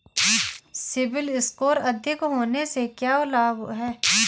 CIBIL score अधिक होने से क्या लाभ हैं?